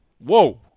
Whoa